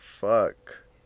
fuck